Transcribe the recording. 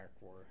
War